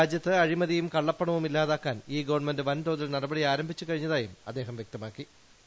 രാജ്യത്ത് അഴിമതിയും കള്ളപ്പണവും ഇല്ലാതാക്കാൻ ഈ ഗവൺമെന്റ് വൻതോതിൽ നടപടി ആരംഭിച്ചു കഴിഞ്ഞതായി അദ്ദേഹം പറഞ്ഞു